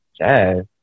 jazz